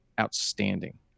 outstanding